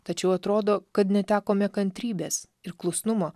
tačiau atrodo kad netekome kantrybės ir klusnumo